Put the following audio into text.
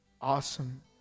awesome